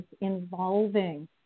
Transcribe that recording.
involving